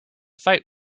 fight